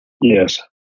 Yes